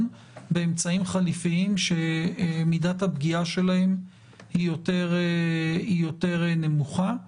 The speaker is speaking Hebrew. באמצעים חליפים שמידת הפגיעה שלהם יותר נמוכה.